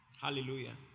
Hallelujah